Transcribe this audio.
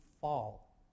fall